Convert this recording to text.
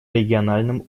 региональном